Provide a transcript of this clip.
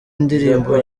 indirimbo